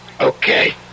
Okay